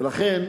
ולכן,